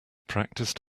practiced